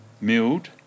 milled